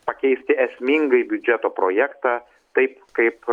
pakeisti esmingai biudžeto projektą taip kaip